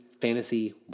fantasy